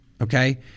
okay